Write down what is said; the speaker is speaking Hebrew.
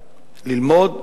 ללמוד,